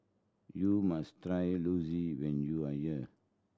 you must try Zosui when you are here